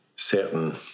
certain